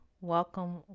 welcome